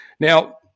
Now